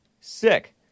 Sick